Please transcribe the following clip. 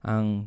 Ang